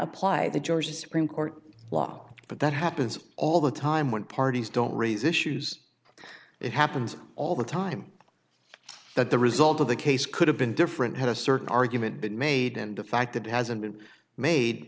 apply the georgia supreme court law but that happens all the time when parties don't raise issues it happens all the time that the result of the case could have been different had a certain argument been made and the fact that it hasn't been